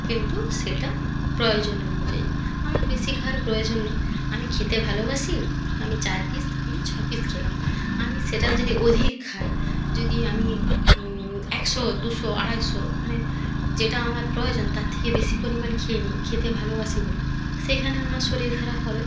কিন্তু সেটা প্রয়োজন অনুযায়ী আমার বেশি খাওয়ার প্রয়োজন নেই আমি খেতে ভালোবাসি আমি চার পিস কি ছ পিস খেলাম আমি সেটার যদি অধিক খাই যদি আমি একশো দুশো আড়াইশো মানে যেটা আমার প্রয়োজন তার থেকে বেশি পরিমাণ খেয়ে নিই খেতে ভালোবাসি বলে সেইখানে আমার শরীর খারাপ হবে